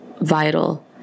vital